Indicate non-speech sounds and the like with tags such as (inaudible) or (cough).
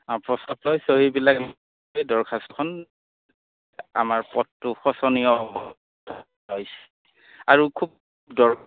অঁ (unintelligible) চহীবিলাক দৰখাস্তখন আমাৰ পথটো সূচনীয় অৱস্থা আৰু খুব (unintelligible)